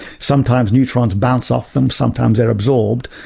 sometimes neutrons bounce off them, sometimes they're absorbed.